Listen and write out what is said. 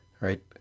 right